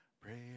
Pray